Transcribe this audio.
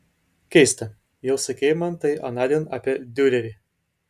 keista jau sakei man tai anądien apie diurerį